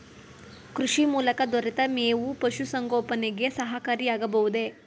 ಕೃಷಿ ಮೂಲಕ ದೊರೆತ ಮೇವು ಪಶುಸಂಗೋಪನೆಗೆ ಸಹಕಾರಿಯಾಗಬಹುದೇ?